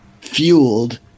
fueled